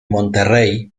monterrey